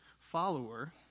follower